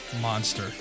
monster